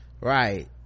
right